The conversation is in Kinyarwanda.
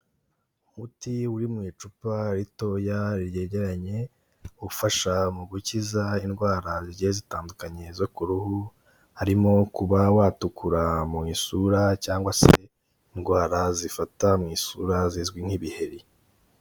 Umuti uri mu icupa ritoya ryegeranye ufasha mu gukiza indwara zigiye zitandukanye zo ku ruhu, harimo kuba watukura mu isura cyangwa se indwara zifata mu isura zizwi nk'ibiheri.